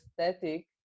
aesthetic